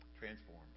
transformed